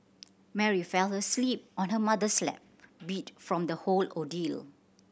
Mary fell asleep on her mother's lap beat from the whole ordeal